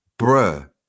Bruh